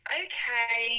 okay